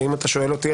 ואם אתה שואל אותי,